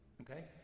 okay